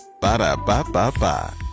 Ba-da-ba-ba-ba